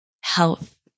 health